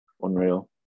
Unreal